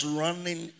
running